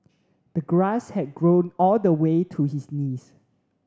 the grass had grown all the way to his knees